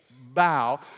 bow